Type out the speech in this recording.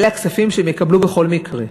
אלה הכספים שהם יקבלו בכל מקרה,